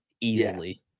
easily